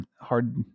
hard